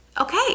Okay